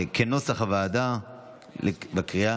כנוסח הוועדה בקריאה,